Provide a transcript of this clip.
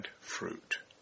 fruit